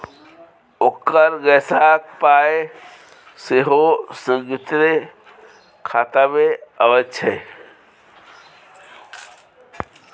ओकर गैसक पाय सेहो संयुक्ते खातामे अबैत छै